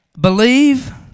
believe